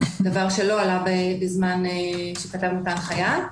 דבר שלא עלה בזמן שכתבנו את ההנחיה.